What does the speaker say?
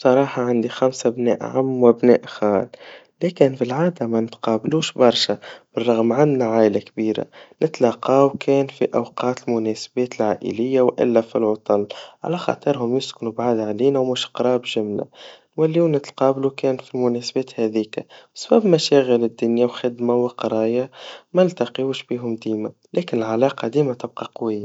بصراحا عندي خمسا ابناء عم وأبناء خال, لكن في العادا ما نتقابلوش برشا, بالرغم عندنا عايلا كبيرا, نتلاقا وكان في أوقات مناسبا, بيوت عائليا, وإلا في العطل, على خاطرهم يسكنوا بعاد علينا ومش قرابش منا, والليو نتقابلوا كان في المناسبات هذيكا, بسبب مشاغل الدنيا وخدما وقريا, ما التقيوش بيهم ديما, لكن العلاقا ديما تبقى قويا.